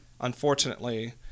Unfortunately